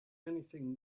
anything